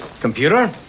computer